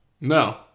No